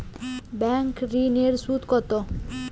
Bank ঋন এর সুদ কত?